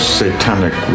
satanic